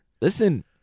Listen